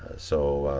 so